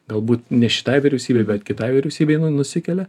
galbūt ne šitai vyriausybei bet kitai vyriausybei nu nusikelia